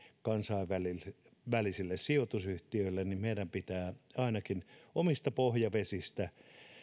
kansainvälisille sijoitusyhtiöille meidän pitää ainakin omista pohjavesistämme